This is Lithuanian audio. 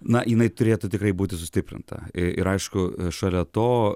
na jinai turėtų tikrai būti sustiprinta ir aišku šalia to